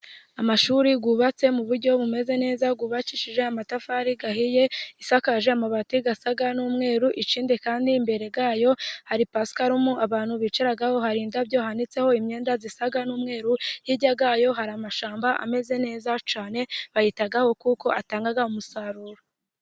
Amashuri yubatse mu buryo bumeze neza, yubakishije amatafari ahiye, asakaje amabati asa n'umweru. Ikindi kandi imbere yayo hari pasiparume abantu bicaraho, hari indabyo, hahanitseho imyenda isa n'umweru. Hirya yayo hari amashamba ameze neza cyane bayitaho kuko atanga umusaruro.